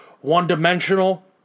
one-dimensional